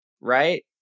Right